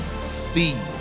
Steve